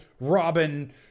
robin